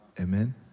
Amen